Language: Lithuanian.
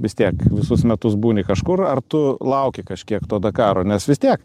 vis tiek visus metus būni kažkur ar tu lauki kažkiek to dakaro nes vis tiek